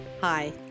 Hi